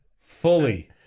fully